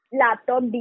laptop